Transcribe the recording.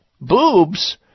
boobs